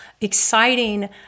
exciting